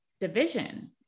division